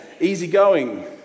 easygoing